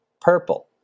purple